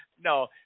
no